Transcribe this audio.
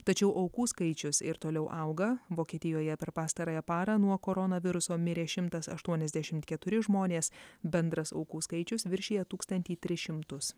tačiau aukų skaičius ir toliau auga vokietijoje per pastarąją parą nuo koronaviruso mirė šimtas aštuoniasdešim keturi žmonės bendras aukų skaičius viršija tūkstantį tris šimtus